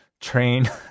train